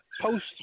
Post